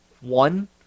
One